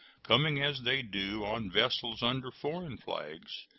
coming, as they do, on vessels under foreign flags,